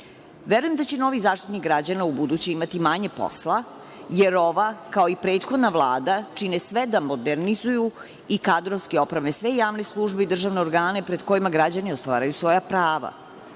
dr.Verujem da će novi Zaštitnik građana ubuduće imati manje posla, jer ova kao i prethodna Vlada čine sve da modernizuju i kadrovski opreme sve javne službe i državne organe pred kojima građani ostvaruju svoja prava.